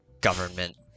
government